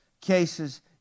cases